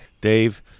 Dave